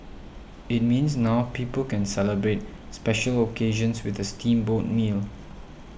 it means now people can celebrate special occasions with a steamboat meal